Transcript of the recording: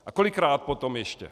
A kolikrát potom ještě?